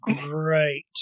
great